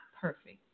perfect